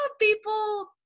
people